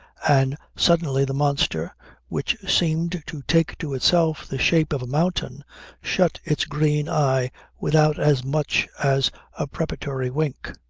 and, suddenly, the monster which seemed to take to itself the shape of a mountain shut its green eye without as much as a preparatory wink.